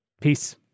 Peace